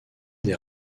des